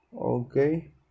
Okay